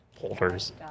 Holders